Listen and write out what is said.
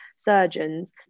surgeons